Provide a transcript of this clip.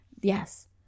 Yes